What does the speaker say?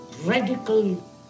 radical